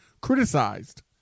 criticized